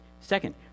Second